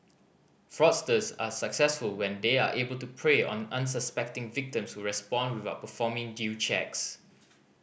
fraudsters are successful when they are able to prey on unsuspecting victims who respond without performing due checks